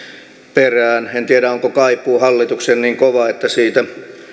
perään en tiedä onko kaipuu hallitukseen niin kova että siitä